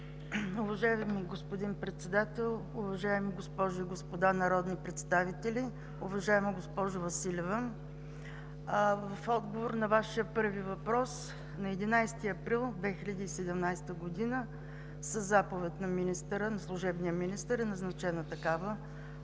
Уважаеми господин Председател, уважаеми госпожи и господа народни представители! Уважаема госпожо Василева, в отговор на Вашия първи въпрос, на 11 април 2017 г. със заповед на служебния министър е назначена такава